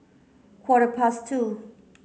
quarter past two